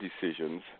decisions